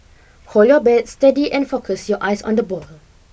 hold your bat steady and focus your eyes on the ball